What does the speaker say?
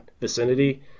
vicinity